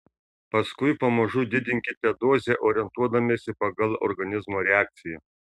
paskui pamažu didinkite dozę orientuodamiesi pagal organizmo reakciją